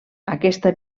aquesta